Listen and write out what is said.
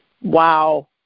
Wow